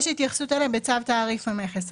יש התייחסות בצו תעריף המכס.